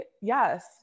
Yes